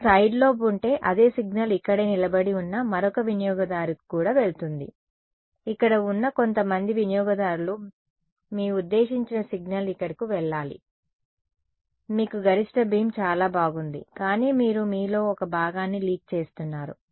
మీకు side lobe ఉంటే అదే సిగ్నల్ ఇక్కడే నిలబడి ఉన్న మరొక వినియోగదారుకు కూడా వెళుతుంది ఇక్కడ ఉన్న కొంతమంది వినియోగదారులు మీ ఉద్దేశించిన సిగ్నల్ ఇక్కడకు వెళ్లాలి మీకు గరిష్ట బీమ్ చాలా బాగుంది కానీ మీరు మీలో ఒక భాగాన్ని లీక్ చేస్తున్నారు